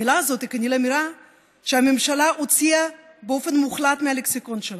המילה הזאת היא כנראה מילה שהממשלה הוציאה באופן מוחלט מהלקסיקון שלה.